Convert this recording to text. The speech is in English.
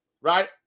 Right